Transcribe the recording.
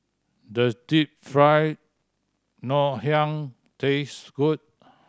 does Deep Fried Ngoh Hiang taste good